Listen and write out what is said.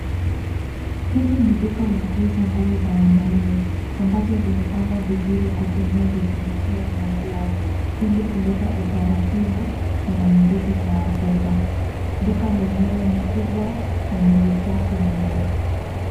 Hili ni duka la kuuza nguo za wanaume ambazo zimepangwa vizuri kwa kutumia vitundukio za nguo ili kuleta utaratibu na mvuto kwa wateja. Duka lenyewe ni kubwa na nilisafi mno.